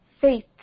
faith